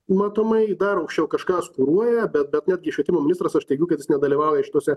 matomai dar aukščiau kažkas kuruoja bet bet netgi švietimo ministras aš teigiu kad jis nedalyvauja šitose